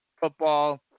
football